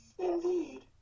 indeed